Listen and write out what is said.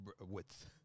width